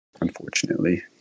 unfortunately